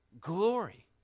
glory